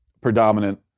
predominant